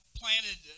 planted